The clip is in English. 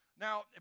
Now